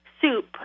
soup